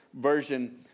version